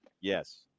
Yes